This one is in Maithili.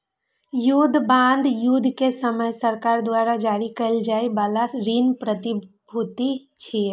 युद्ध बांड युद्ध के समय सरकार द्वारा जारी कैल जाइ बला ऋण प्रतिभूति छियै